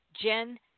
Jen